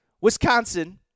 Wisconsin